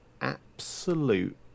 absolute